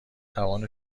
توان